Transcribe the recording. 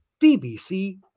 BBC